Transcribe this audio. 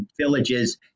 villages